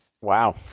Wow